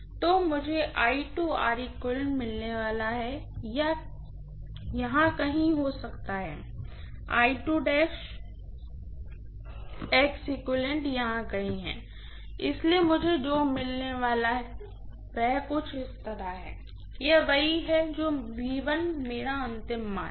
तो मुझे मिलने वाला है यहाँ कहीं और हो सकता है यहाँ कहीं है इसलिए मुझे जो मिलने वाला है वह कुछ इस तरह है यह वही है जो मेरा अंतिम मान है